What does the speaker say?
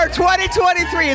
2023